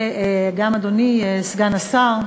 וגם אדוני סגן השר,